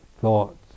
thoughts